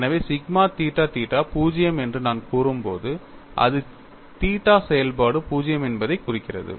எனவே sigma theta theta 0 என்று நான் கூறும்போது அது தீட்டா செயல்பாடு 0 என்பதைக் குறிக்கிறது